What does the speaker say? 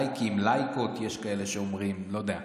לייקים, יש כאלה שאומרים "לייקות", לא יודע.